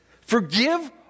forgive